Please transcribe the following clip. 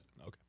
okay